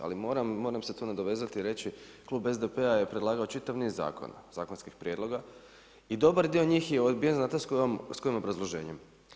Ali moram se tu nadovezati i reći, klub SDP-a je predlagao čitav niz zakona, zakonskih prijedloga i dobar dio njih je odbio znate s kojim obrazloženjem.